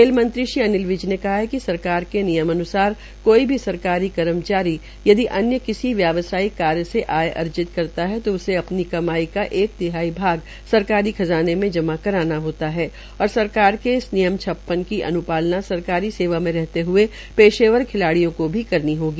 खेल मंत्री श्री अनिल विज ने कहा है कि सरकार के नियम अन्सार कोई भी सरकारी कर्मचारी यदि अन्य किसी व्यवसायिक कार्य से आय अर्जित करता है तो उसे अपनी कमाई का एक तिहाई भाग सरकारी खज़ाने में जमा कराना होता है और सरकार इस नियम छप्पन की अनुपालना सरकारी सेवा मे रहते हए पेशेवर खिलाड़ियों को भी करनी होगी